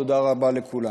תודה רבה לכולם.